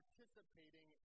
participating